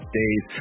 days